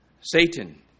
Satan